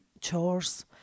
chores